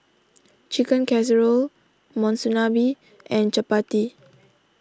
Chicken Casserole Monsunabe and Chapati